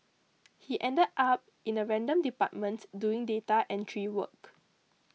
he ended up in a random department doing data entry work